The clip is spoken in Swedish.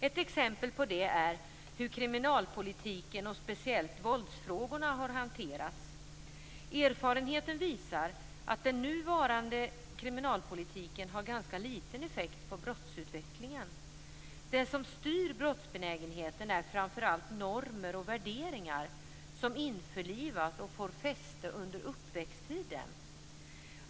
Ett exempel på det är hur kriminalpolitiken, speciellt våldsfrågorna, har hanterats. Erfarenheten visar att den nu varande kriminalpolitiken har ganska liten effekt på brottsutvecklingen. Det som styr brottsbenägenheten är framför allt normer och värderingar som införlivas och får fäste under uppväxttiden.